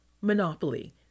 Monopoly